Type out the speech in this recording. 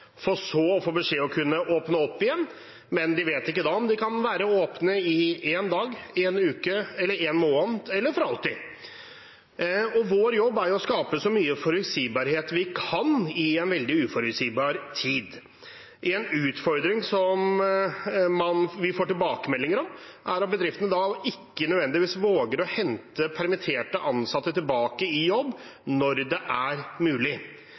for så å få beskjed om at de kan åpne opp igjen, men de vet ikke om de kan være åpne én dag, én uke, én måned eller for alltid. Vår jobb er å skape så mye forutsigbarhet vi kan i en veldig uforutsigbar tid. En utfordring som vi får tilbakemeldinger om, er at bedriftene ikke nødvendigvis våger å hente permitterte ansatte tilbake i jobb når det er mulig.